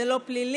זה לא פלילי,